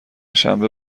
شنبه